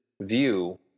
view